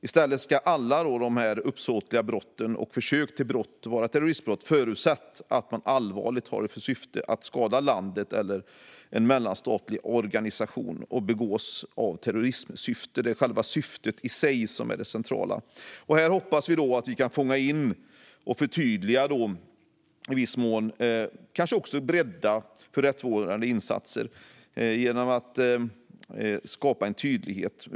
I stället ska alla de här uppsåtliga brotten och försök till brott vara terroristbrott, förutsatt att syftet är att allvarligt skada landet eller en mellanstatlig organisation. Det är själva terrorismsyftet i sig som är det centrala. Här hoppas vi att vi kan fånga in, förtydliga och i viss mån kanske också bredda för rättsvårdande insatser genom att skapa en tydlighet.